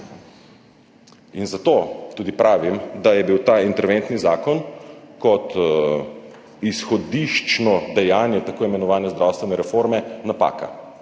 Zato tudi pravim, da je bil ta interventni zakon kot izhodiščno dejanje tako imenovane zdravstvene reforme napaka